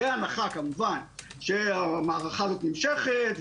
בהנחה שהמערכה הזאת נמשכת.